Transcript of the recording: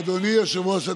אדוני יושב-ראש הקואליציה.